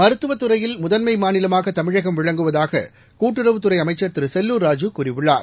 மருத்துவதுறையில் முதன்மைமாநிலமாகதமிழகம் விளங்குவதாககூட்டுறவு துறைஅமைச்சர் திருசெல்லூர் ராஜூ கூறியுள்ளார்